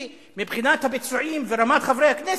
מבחינת ביצועים ורמת חברי הכנסת,